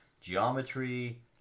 geometry